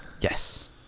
Yes